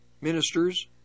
ministers